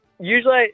Usually